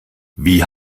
wie